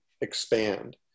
expand